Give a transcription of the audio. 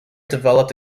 developed